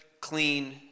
clean